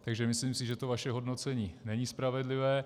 Takže si myslím, že vaše hodnocení není spravedlivé.